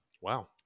Wow